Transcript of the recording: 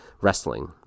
wrestling